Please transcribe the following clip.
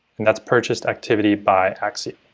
and that's purchase activity by acxiom.